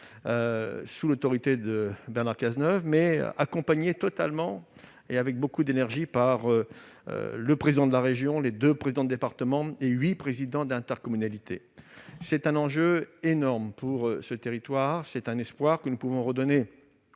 sous l'autorité de Bernard Cazeneuve, a bénéficié d'un accompagnement total et plein d'énergie du président de la région, des deux présidents de département et de huit présidents d'intercommunalité. C'est un enjeu énorme pour ce territoire ; c'est un espoir que nous pouvons redonner